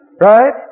Right